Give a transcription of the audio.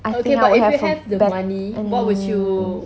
I think I would have a better mm